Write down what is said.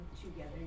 together